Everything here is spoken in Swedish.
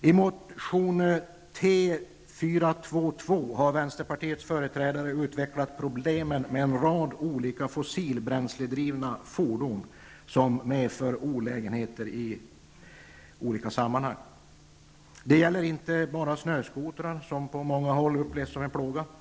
I motion T422 har vänsterpartiets företrädare utvecklat problemen med en rad olika fossilbränsledrivna fordon som medför olägenheter i olika sammanhang. Det gäller inte bara snöskotrar, som på många håll upplevs som en plåga.